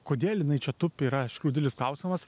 kodėl jinai čia tupi yra aišku didelis klausimas